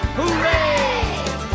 hooray